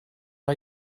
are